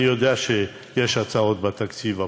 אני יודע שיש הצעות בתקציב הבא.